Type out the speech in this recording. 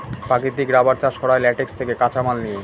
প্রাকৃতিক রাবার চাষ করা হয় ল্যাটেক্স থেকে কাঁচামাল নিয়ে